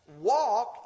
walk